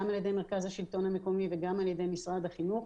גם על ידי מרכז השלטון המקומי וגם על ידי משרד החינוך